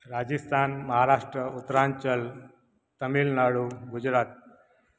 Rajasthan Maharashtra Uttaranchal Tamil Nadu Gujarat